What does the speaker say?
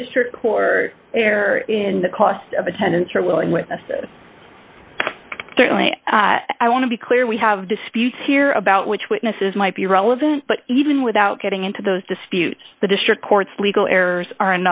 the district court care in the cost of attendance or willing witnesses certainly i want to be clear we have disputes here about which witnesses might be relevant but even without getting into those disputes the district court's legal errors are